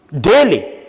daily